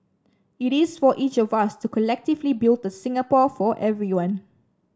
it is for each of us to collectively build a Singapore for everyone